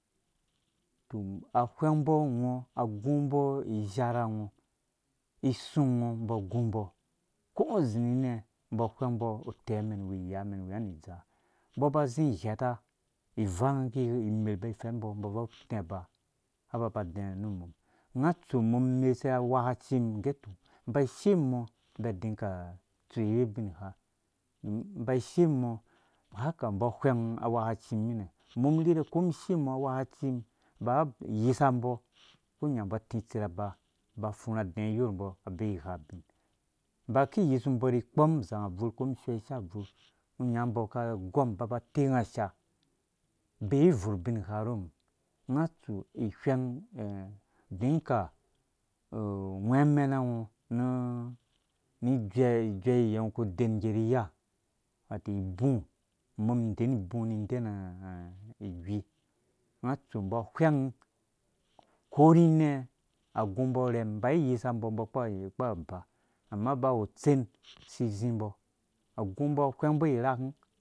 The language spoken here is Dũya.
Tɔ awheng mbɔ ngɔ agu mbɔ izharh ngɔ isu ngɔ mbɔ agu mbɔ ko ngɔ zi ninɛ mbɔ whengmbɔ utɛ mɛn wi ni iya mɛn wi nga ni dza mbɔ ba zi ghata vang imerh ba fɛr. mbɔ mbɔ bvui ati aba aba ba dɛ nu mum nga atsu mum mesuwe awekaci mum gɛ tɔ mba shimɔ mbi adinka tsuyiwe ubingha ba shimɔ haka mbɔ awheng awekaici mum baka yisa mbɔ ku nya mbɔ ti. tsɛr aba. ba adɛ̃ ni yorh mbɔ abee gha bikpɔm ba ki yisun mbɔ ni kpɔm uzang abvur ko mum shɔi ishaa bvurh ngo nya mbɔ ka gɔm ba ba tɛng asha bei nvurh bingha ruh mum nga atsu iwheng dinka whɛɛ anɛna ngo nu ijuɛ yɛ ngɔ ku dɛn mbɔ ni ya wato ibu mum den ibu ni den ijui nga atsu mbɔ whɛng korhi nɛ a gu mbɔ urhɛm ba iyisa mbɔ kpa aba amma ba wu utsen si zi mbɔ agu mbɔ irak mum,